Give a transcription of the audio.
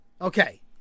Okay